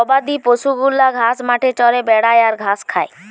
গবাদি পশু গুলা ঘাস মাঠে চরে বেড়ায় আর ঘাস খায়